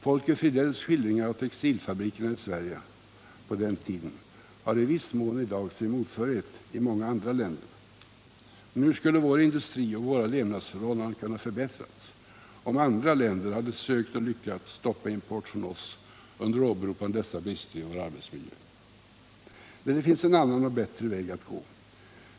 Folke Fridells skildringar av textilfabrikerna i Sverige på den tiden har i viss mån i dag sin motsvarighet i många andra länder. Men hur skulle vår industri och våra levnadsförhållanden ha kunnat förbättras, om andra länder hade sökt och lyckats stoppa import från oss under åberopande av dessa brister i vår arbetsmiljö? Nej, det finns en annan och bättre väg att gå.